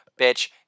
bitch